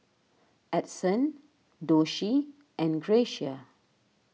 Edson Doshie and Gracia